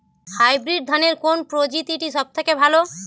Hybrid ধানের কোন প্রজীতিটি সবথেকে ভালো?